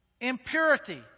Impurity